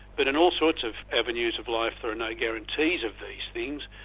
but in all sorts of avenues of life there are no guarantees of these things.